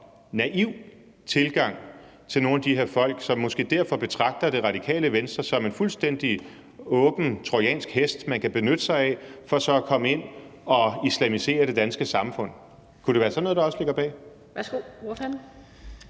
naiv tilgang til nogle af de her folk, som måske derfor betragter Radikale Venstre som en fuldstændig åben trojansk hest, man kan benytte sig af, for så at komme ind og islamisere det danske samfund. Kunne det være sådan noget, der også ligger bag?